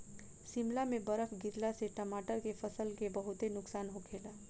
शिमला में बरफ गिरला से टमाटर के फसल के बहुते नुकसान होखेला